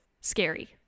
scary